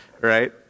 right